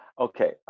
Okay